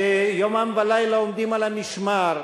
שיומם ולילה עומדים על המשמר,